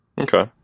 Okay